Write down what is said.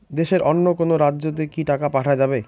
দেশের অন্য কোনো রাজ্য তে কি টাকা পাঠা যাবে?